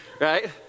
right